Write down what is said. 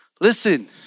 Listen